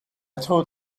told